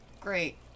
Great